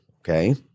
okay